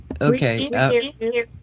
Okay